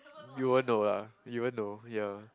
you won't know lah you won't know ya